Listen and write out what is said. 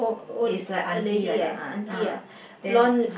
is like auntie like that ah then